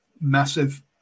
massive